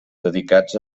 dedicats